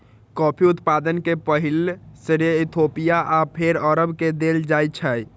coffee उत्पादन के पहिल श्रेय इथियोपिया आ फेर अरब के देल जाइ छै